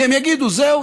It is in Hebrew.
כי הם יגידו: זהו,